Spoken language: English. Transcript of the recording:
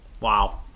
Wow